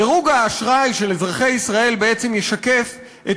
דירוג האשראי של אזרחי ישראל בעצם ישקף את